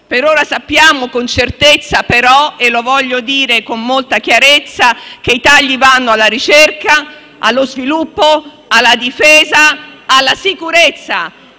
per ora sappiamo con certezza - e lo voglio dire con molta chiarezza - che i tagli vanno alla ricerca, allo sviluppo, alla difesa e alla sicurezza: